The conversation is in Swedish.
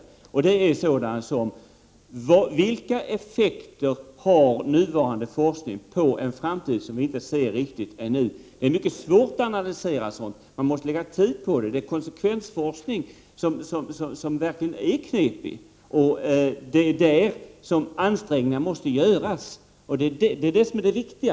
Jag tänker på sådana som: Vilka effekter har nuvarande forskning på en framtid som vi inte ser riktigt ännu? Det är mycket svårt att analysera sådant. Man måste lägga tid på det. Konsekvensforskning är verkligen knepig, men det är där ansträngningarna måste göras — det är det viktiga.